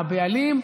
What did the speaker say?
הבעלים?